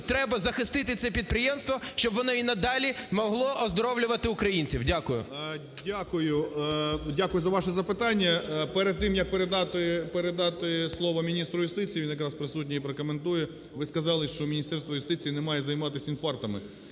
треба захистити це підприємство, щоб воно і надалі могло оздоровлювати українців. Дякую. 11:17:58 ГРОЙСМАН В.Б. Дякую. Дякую за ваше запитання. Перед тим, як передати слово міністру юстиції, він якраз присутній і прокоментує, ви сказали, що Міністерство юстиції не має займатись інфарктами.